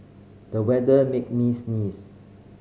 the weather made me sneeze